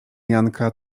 janka